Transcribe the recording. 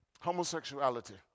homosexuality